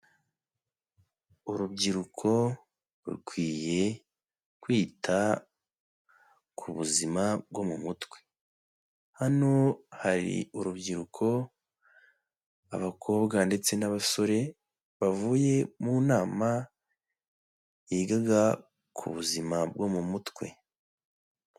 Urubyiruko rukwiye kwita ku buzima bwo mu mutwe. Hano hari urubyiruko, abakobwa ndetse n'abasore, bavuye mu nama, yigaga ku buzima bwo mu mutwe.